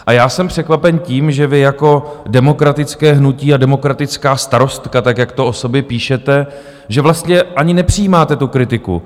A já jsem překvapen tím, že vy jako demokratické hnutí a demokratická starostka, jak to o sobě píšete, že ani nepřijímáte kritiku.